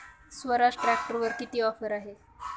स्वराज ट्रॅक्टरवर किती ऑफर आहे?